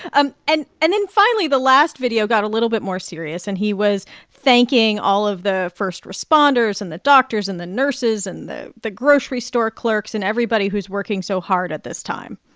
um and and then finally, the last video got a little bit more serious. and he was thanking all of the first responders and the doctors and the nurses and the the grocery store clerks and everybody who's working so hard at this time